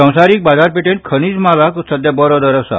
संवसारिक बाजारपेठेत खनिज मालाक सध्या बरो दर आसा